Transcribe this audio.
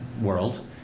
world